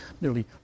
nearly